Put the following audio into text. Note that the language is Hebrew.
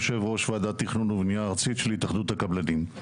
יושב ראש וועדת תכנון ובנייה ארצית של התאחדות הקבלנים.